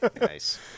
Nice